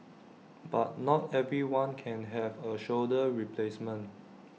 but not everyone can have A shoulder replacement